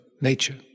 nature